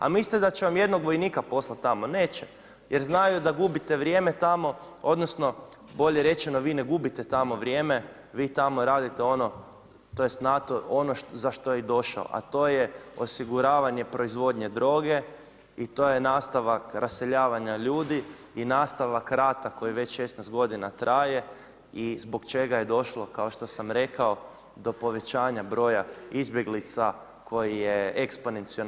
A mislite da će vam jednog vojnika poslati tamo, neće jer znaju da gubite vrijeme tamo odnosno bolje rečeno vi ne gubite tamo vrijeme, vi tamo radite ono tj. NATO ono za što je i došao, a to je osiguravanje proizvodnje droge i to je nastavak raseljavanja ljudi i nastavak rata koji već 16 godina traje i zbog čega je došlo kao što sam rekao do povećanja broja izbjeglica koji je eksponencijalan.